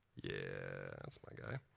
yeah, that's my guy.